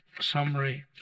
summary